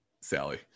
Sally